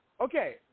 okay